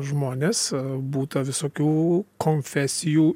žmonės būta visokių konfesijų